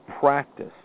practice